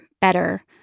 better